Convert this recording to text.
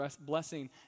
blessing